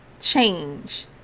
change